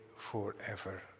forever